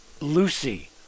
Lucy